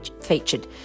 featured